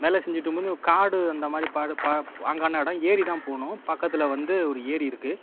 வேல செஞ்சுட்டு இருக்கும் போது காடு அந்தமாதிரி பாடு ப பாங்கான இடம் ஏரி தான் போகணும் பக்கத்தில் வந்து ஒரு ஏரி இருக்குது